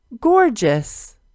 Gorgeous